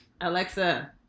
Alexa